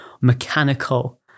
mechanical